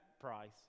price